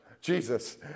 Jesus